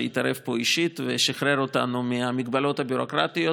שהתערב פה אישית ושחרר אותנו מהמגבלות הביורוקרטיות,